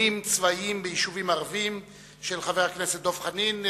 9 בחודש דצמבר 2009 למניינם,